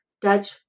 Dutch